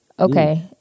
Okay